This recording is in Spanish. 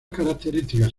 características